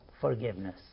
forgiveness